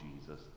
Jesus